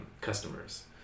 customers